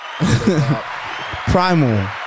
Primal